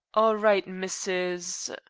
all right, mrs.